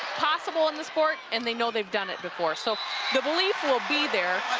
possible in the sport and they know they've done it before. so the belief will be there,